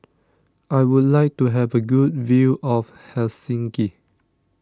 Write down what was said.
I would like to have a good view of Helsinki